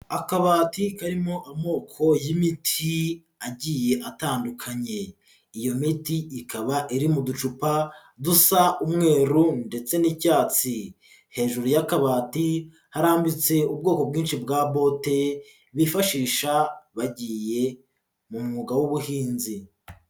Akabati karimo amoko y'imiti agiye atandukanye. Iyo miti ikaba iri mu ducupa dusa umweru ndetse n'icyatsi, hejuru y'akabati harambitse ubwoko bwinshi bwa bote bifashisha bagiye mu mwuga w'ubuhinzi.